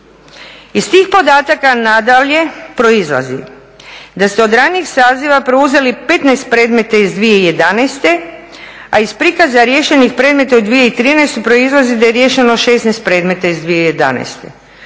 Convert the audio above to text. Iz tih podataka nadalje proizlazi da ste od ranijeg saziva preuzeli 15 predmeta iz 2011., a iz prikaza riješenih predmeta u 2013. proizlazi da je riješeno 16 predmeta iz 2011.